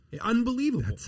Unbelievable